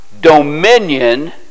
dominion